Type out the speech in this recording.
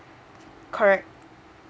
correct